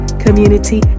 community